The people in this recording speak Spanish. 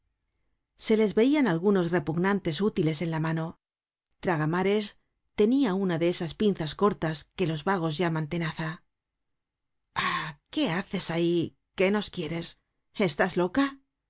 se les veian algunos repugnantes útiles en la mano traga mares tenia una de esas pinzas cortas que los vagos llaman tenaza ah qué haces ahí qué nos quieres estás loca